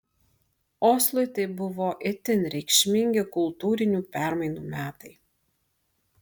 oslui tai buvo itin reikšmingi kultūrinių permainų metai